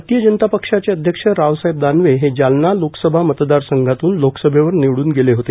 भारतीय जनता पक्षाचे अध्यक्ष रावसाहेब दानवे हे जालना लोकसभा मतदारसंघातून लोकसभेवर निवडून गेले होते